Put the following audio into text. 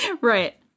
right